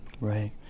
Right